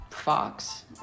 Fox